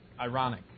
ironic